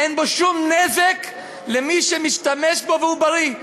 אין בו שום נזק למי שמשתמש בו והוא בריא,